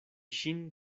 ŝin